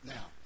Now